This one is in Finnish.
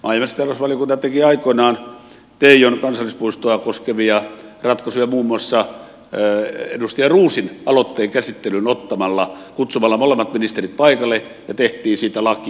maa ja metsätalousvaliokunta teki aikoinaan teijon kansallispuistoa koskevia ratkaisuja muun muassa edustaja roosin aloitteen käsittelyyn ottamalla kutsumalla molemmat ministerit paikalle ja siitä tehtiin laki